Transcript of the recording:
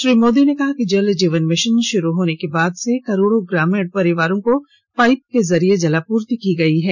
श्री मोदी ने कहा कि जल जीवन मिशन शुरू होने के बाद से करोडों ग्रामीण परिवारों को पाईप के जरिये जलापूर्ति की गई है